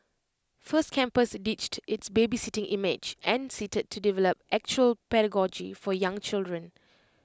first campus ditched its babysitting image and setted to develop actual pedagogy for young children